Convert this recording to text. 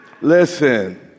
listen